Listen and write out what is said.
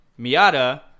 Miata